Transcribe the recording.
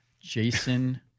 Jason